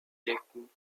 decken